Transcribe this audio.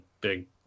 big